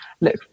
look